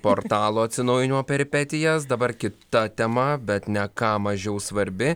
portalo atsinaujinimo peripetijas dabar kita tema bet ne ką mažiau svarbi